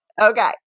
Okay